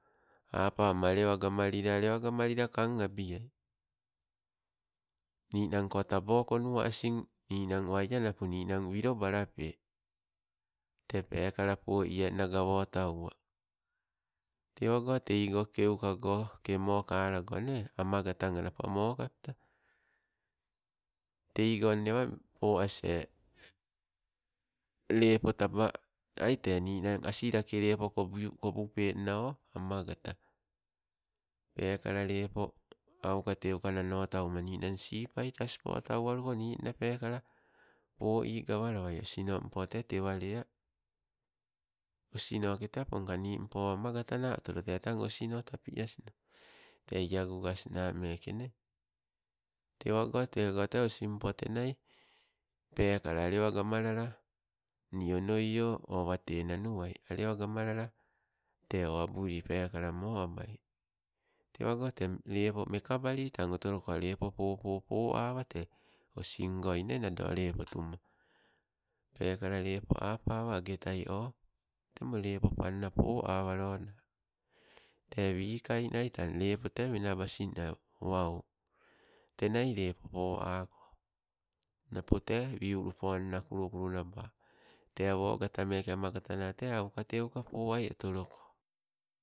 Apama alewo gamalila, alewa gamalila kang abiai. Ninangko tabo konuwa asing, ninang wai anapu ninang wilobalape. Tee peekala poienna gawotanwa. Tewago teigo keukago, kemmmokalago nee, amagatanga amo kapta. Teigo nne awa po asie, lepo taba ai tee ninang asilake lepo kobupenna o, amagata. Peekala lepo aukateuka nano tauma, ninang sipai taspotau waluko, ninnapeka poi gawalawai, osino mpo tee tewa lea. Osinoke tee oponka nimpo amagata na otolo, tee tang osno tapi asino. Tee iagugasnamekene, tewago tego tee osimpo te, tenia pekala alewa gamalala nii onoio o wate nanuwai, alewa gamalala teo abuli pekala moabai. Tewago tee lepo mekabalili tang otoloko lepo popo poawa tee osingoi nee nado lepo tuma. Peekala lepo apawa agetai oh, temo lepo panna poawaloda. Tee wikainai tang lepo tee menabasinna wau tenia lepo poaka. Napo tee wiuluponna kulukulu naba tee awo gatameke, amagatana tee auka teuka poai otoloko